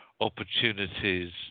opportunities